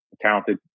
talented